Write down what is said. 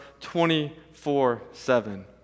24-7